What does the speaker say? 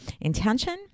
Intention